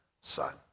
son